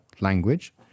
language